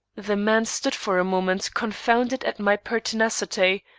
the man stood for a moment confounded at my pertinacity,